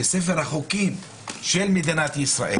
בספר החוקים של מדינת ישראל,